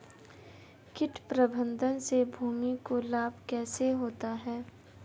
कीट प्रबंधन से भूमि को लाभ कैसे होता है?